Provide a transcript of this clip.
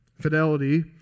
Fidelity